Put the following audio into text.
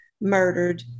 murdered